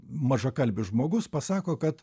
mažakalbis žmogus pasako kad